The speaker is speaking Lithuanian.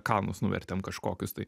kalnus nuvertėm kažkokius tai